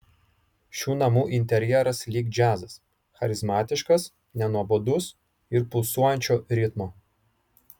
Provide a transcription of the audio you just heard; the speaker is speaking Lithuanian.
šių namų interjeras lyg džiazas charizmatiškas nenuobodus ir pulsuojančio ritmo